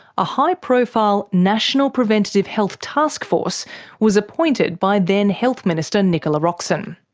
a high-profile national preventative health taskforce was appointed by then health minister nicola roxon.